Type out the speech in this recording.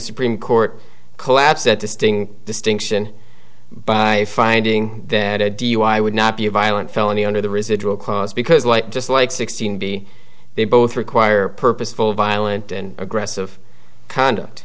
supreme court collapse at the sting distinction by finding that a dui would not be a violent felony under the residual clause because like just like sixteen b they both require purposeful violent and aggressive conduct